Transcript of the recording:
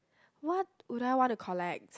what would I want to collect